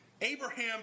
Abraham